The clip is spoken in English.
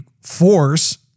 force